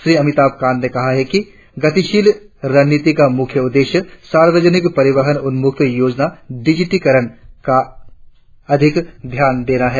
श्री अमिताभ कांत ने कहा कि गतिशील रणनीति का मुख्य उद्देश्य सार्वजनिक परिवहन उन्मुख योजना डिजिटीकरण पर अधिक ध्यान देना है